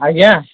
ଆଜ୍ଞା